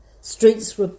Streets